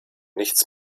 nichts